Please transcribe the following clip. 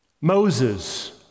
Moses